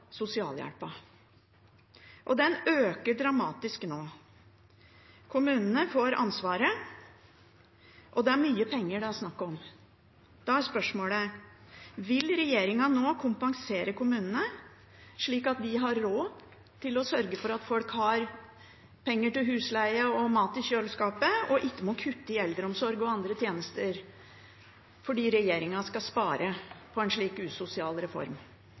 og bruken av den øker dramatisk nå. Kommunene får ansvaret, og det er mye penger det er snakk om. Da er spørsmålet: Vil regjeringen nå kompensere kommunene, slik at de har råd til å sørge for at folk har penger til husleie og mat i kjøleskapet, og ikke må kutte i eldreomsorgen og andre tjenester fordi regjeringen skal spare med en slik usosial reform?